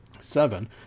seven